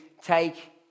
take